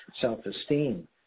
self-esteem